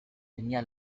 tenía